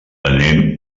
anem